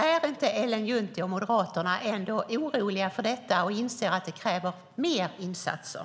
Är inte Ellen Juntti och Moderaterna ändå oroliga för detta? Inser ni inte att det kräver mer insatser?